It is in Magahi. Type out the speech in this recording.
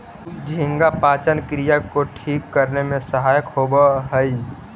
झींगा पाचन क्रिया को ठीक करने में सहायक होवअ हई